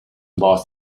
lost